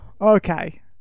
Okay